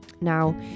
now